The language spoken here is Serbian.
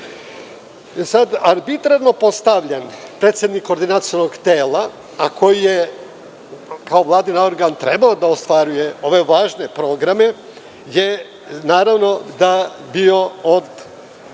području. Arbitrarno postavljen predsednik Koordinacionog tela, a koji je kao Vladin organ trebalo da ostvaruje ove važne programe, naravno da je bio